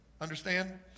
Understand